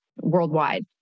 worldwide